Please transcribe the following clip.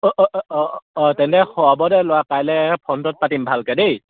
অঁ অঁ অ অঁ অ অঁ তেন্তে হ'ব দে ল'ৰা কাইলৈ ফ্ৰণ্টত পাতিম ভালকৈ দেই